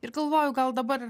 ir galvoju gal dabar